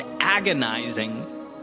agonizing